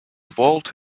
vault